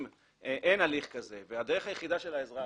אם אין הליך כזה והדרך היחידה של האזרח